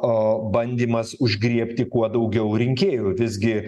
o bandymas užgriebti kuo daugiau rinkėjų visgi